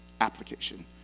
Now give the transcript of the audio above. application